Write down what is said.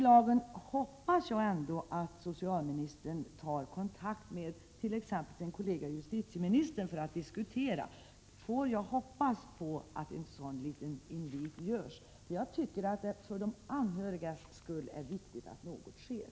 Jag hoppas att socialministern tar kontakt med exempelvis sin kollega justitieministern för att diskutera denna lucka i lagen. Kan jag hoppas att en sådan invit görs? Jag tycker att det är viktigt för de anhörigas skull att så sker.